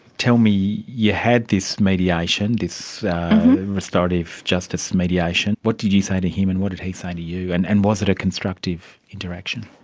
tell me, you had this mediation, this restorative justice mediation, what did you say to him and what did he say to you, and and was it a constructive interaction?